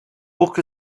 book